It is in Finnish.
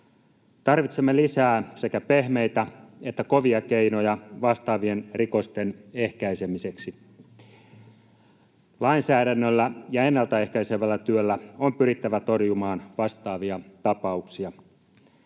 Tarvitsemme lisää sekä pehmeitä että kovia keinoja vastaavien rikosten ehkäisemiseksi. Lainsäädännöllä ja ennalta ehkäisevällä työllä on pyrittävä torjumaan vastaavia tapauksia.